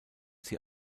sie